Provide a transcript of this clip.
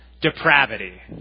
depravity